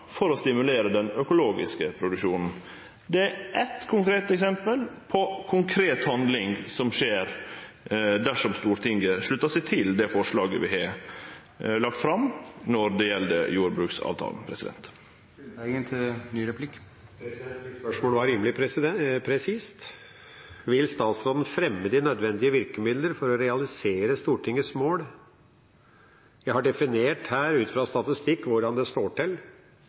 for å stimulere den økologiske produksjonen. Det er eitt konkret eksempel på konkret handling som skjer dersom Stortinget sluttar seg til det forslaget som er lagt fram når det gjeld jordbruksavtalen. Mitt spørsmål var rimelig presist: Vil statsråden fremme de nødvendige virkemidler for å realisere Stortingets mål? Jeg har definert her ut fra statistikk hvordan det står til.